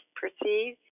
proceed